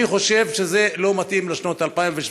אני חושב שזה לא מתאים לשנת 2017,